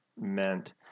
meant